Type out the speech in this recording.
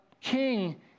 king